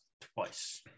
twice